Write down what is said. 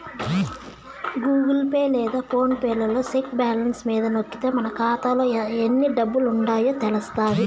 Google Pay లేదా PhonePe లలో check balance మీద నొక్కితే మన కాతాలో ఎన్ని డబ్బులుండాయో తెలస్తాది